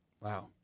Wow